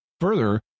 Further